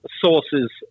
sources